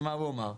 ומה הוא אמר.